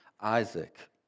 Isaac